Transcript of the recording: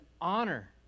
honor